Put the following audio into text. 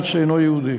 והמאומץ אינו יהודי.